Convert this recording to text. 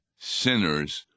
sinners